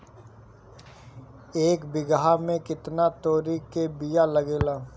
एक बिगहा में केतना तोरी के बिया लागेला?